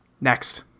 next